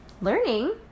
learning